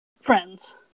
Friends